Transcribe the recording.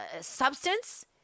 substance